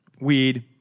weed